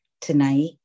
tonight